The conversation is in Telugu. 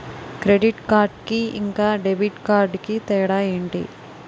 క్రెడిట్ కార్డ్ కి ఇంకా డెబిట్ కార్డ్ కి తేడా ఏంటి?